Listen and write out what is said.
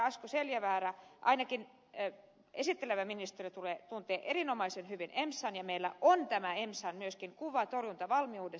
asko seljavaara ainakin esittelevä ministeri tuntee erinomaisen hyvin emsan ja meillä on myöskin tämä emsan kuva tästä torjuntavalmiudesta